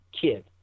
kid